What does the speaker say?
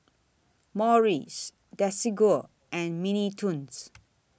Morries Desigual and Mini Toons